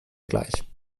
gleich